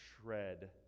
shred